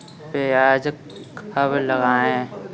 प्याज कब लगाएँ?